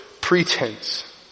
pretense